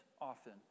often